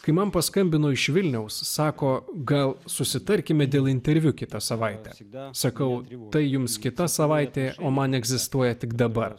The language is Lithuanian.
kai man paskambino iš vilniaus sako gal susitarkime dėl interviu kitą savaitę gal sakau rimtai jums kitą savaitę o man egzistuoja tik dabar